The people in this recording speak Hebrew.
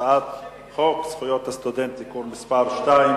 הצעת חוק זכויות הסטודנט (תיקון מס' 2),